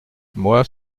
moi